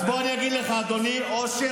אז בוא אני אגיד לך, אדוני אושר